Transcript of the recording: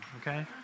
okay